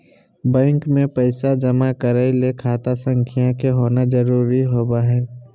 bank मे पैसा जमा करय ले खाता संख्या के होना जरुरी होबय हई